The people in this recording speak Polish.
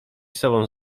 sobą